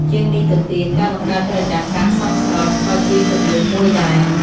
ជាងនេះទៅទៀត ការបង្កើតបរិយាកាសសមស្រប ក៏ជាគន្លឹះមួយដែរ។